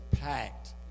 packed